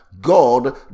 god